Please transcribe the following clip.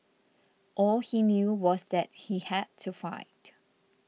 all he knew was that he had to fight